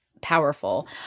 powerful